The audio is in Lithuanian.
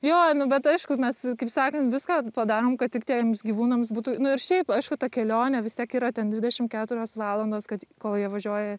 jo nu bet aišku mes kaip sakant viską padarom kad tik tiems gyvūnams būtų nu ir šiaip aišku ta kelionė vis tiek yra ten dvidešim keturios valandos kad kol jie važiuoja